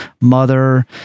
mother